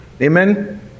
Amen